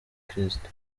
kristo